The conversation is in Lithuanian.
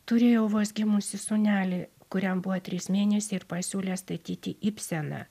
turėjau vos gimusį sūnelį kuriam buvo trys mėnesiai ir pasiūlė statyti ibseną